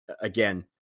again